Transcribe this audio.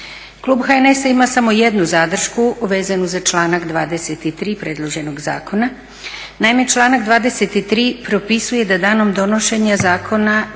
Klub HNS-a ima samo jednu zadršku vezano za članak 23. predloženog zakona. Naime, članak 23. propisuje da danom donošenja zakona